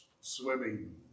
swimming